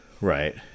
Right